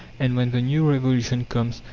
and when the new revolution comes,